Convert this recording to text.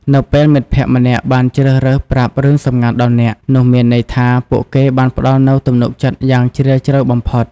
នៅពេលមិត្តភក្តិម្នាក់បានជ្រើសរើសប្រាប់រឿងសម្ងាត់ដល់អ្នក នោះមានន័យថាពួកគេបានផ្តល់នូវទំនុកចិត្តយ៉ាងជ្រាលជ្រៅបំផុត។